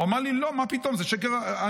הוא אמר לי: לא, מה פתאום, זה שקר ענק.